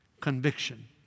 Conviction